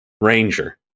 ranger